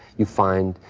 you find,